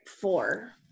Four